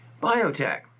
biotech